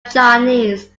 chinese